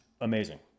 amazing